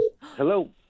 Hello